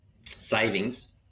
savings